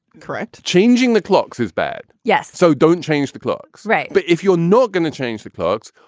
correct. changing the clocks is bad. yes. so don't change the clocks. right. but if you're not going to change the clocks,